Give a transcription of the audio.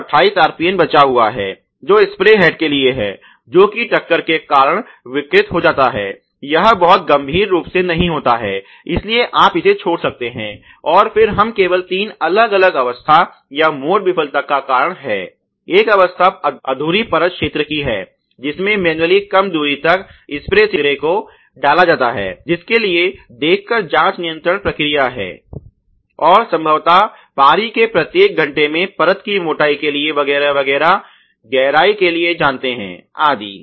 तो 28 RPN बचा हुआ है जो स्प्रे हेड के लिए है जो कि टक्कर के कारण विकृत हो जाता है यह बहुत गंभीर रूप से नहीं होता है इसलिए आप इसे छोड़ सकते हैं और फिर हम केवल तीन अलग अवस्था या मोड विफलता का कारण है एक अवस्था अधूरी परत क्षेत्र की है जिसमे मेनुयली कम दूरी तक स्प्रे सिरे को डाला जाता है जिसके लिए देखकर जाँचना नियंत्रण प्रक्रिया है और संभवत पारी के प्रत्येक घंटे में परत की मोटाई के लिए वगैरह गहराई के लिए जानते हैं आदि